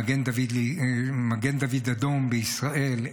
מגן דוד אדום בישראל,